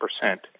percent